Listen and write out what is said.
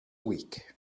week